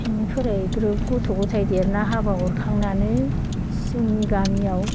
बिनिफ्राय ग्रोब गथ' गथाय देरना हाबा हरखांनानै जोंनि गामियाव